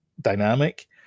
dynamic